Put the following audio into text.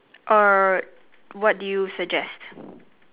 or what do you suggest